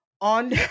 on